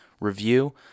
review